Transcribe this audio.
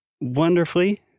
wonderfully